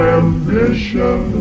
ambition